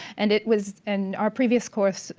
and it was in our previous course,